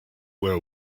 where